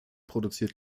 produziert